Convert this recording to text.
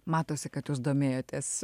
matosi kad jūs domėjotės